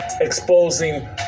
exposing